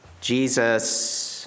Jesus